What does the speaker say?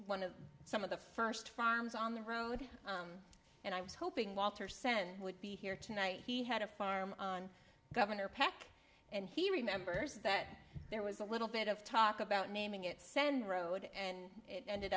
one of some of the first farms on the road and i was hoping walter send would be here tonight he had a farm on governor peck and he remembers that there was a little bit of talk about naming it send road and ended